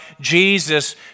Jesus